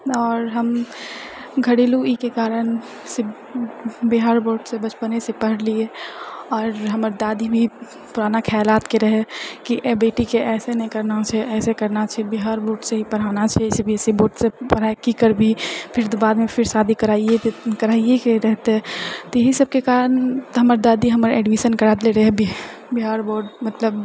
आओर हम घरेलु ई के कारण बिहार बोर्डसँ बचपनेसँ पढ़लिऐ आओर हमर दादी भी पुराना ख्यालातके रहए कि बेटीके ऐसे नहि करना छै ऐसे करना छै बिहार बोर्डसँ ही पढ़ाना छै सी बी एस इ बोर्डसँ पढ़ाइ की करबीही फिर तऽ बादमे फिर शादी करएके करएके रहतै तऽ एहि सभकेँ कारण हमर दादी हमर एडमिशन करा देले रहए बिह बिहार बोर्ड मतलब